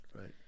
right